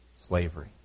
slavery